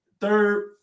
Third